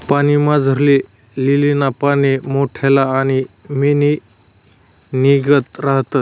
पाणीमझारली लीलीना पाने मोठल्ला आणि मेणनीगत रातस